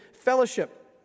fellowship